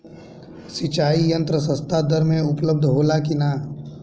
सिंचाई यंत्र सस्ता दर में उपलब्ध होला कि न?